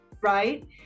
right